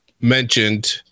mentioned